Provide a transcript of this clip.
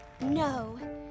No